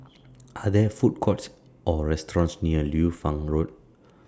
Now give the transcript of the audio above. Are There Food Courts Or restaurants near Liu Fang Road